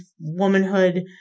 womanhood